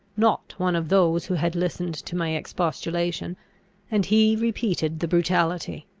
not one of those who had listened to my expostulation and he repeated the brutality.